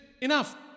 enough